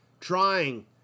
trying